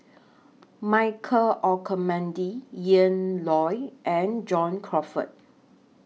Michael Olcomendy Ian Loy and John Crawfurd